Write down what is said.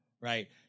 right